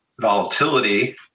volatility